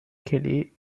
kelly